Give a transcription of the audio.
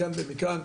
מכאן ומכאן,